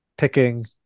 picking